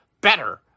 better